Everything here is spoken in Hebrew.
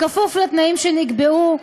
בכפוף לתנאים שנקבעו,